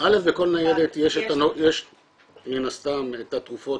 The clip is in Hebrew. --- בכל ניידת יש מן הסתם את התרופות